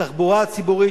התחבורה הציבורית,